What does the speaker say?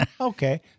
okay